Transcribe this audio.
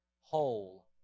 whole